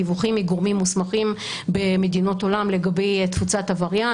דיווחים מגורמים מוסמכים במדינות עולם לגבי תפוצת הווריאנט,